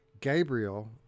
Gabriel